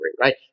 right